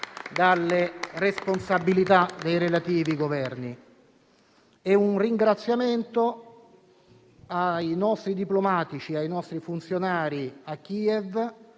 dalle responsabilità dei relativi Governi. Un ringraziamento va ai nostri diplomatici e ai nostri funzionari a Kiev